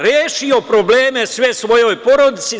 Rešio probleme sve svojoj porodici.